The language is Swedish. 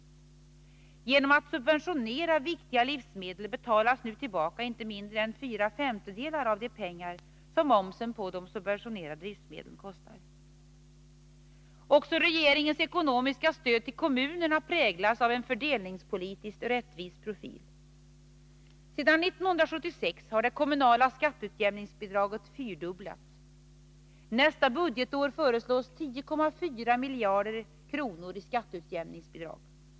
Genom att subventionera viktiga livsmedel betalas nu tillbaka inte mindre än fyra femtedelar av de pengar som momsen på de subventionerade livsmedlen uppgår till. Också regeringens ekonomiska stöd till kommunerna präglas av en fördelningspolitiskt rättvis profil. Sedan 1976 har det kommunala skatteutjämningsbidraget fyrdubblats. Nästa budgetår föreslås 10,4 miljarder kronor i skatteutjämningsbidrag.